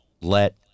let